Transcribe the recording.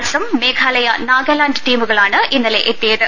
അസം മേഘാലയ നാഗാലാന്റ് ടീമുകളാണ് ഇന്നലെ എത്തിയത്